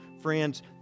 Friends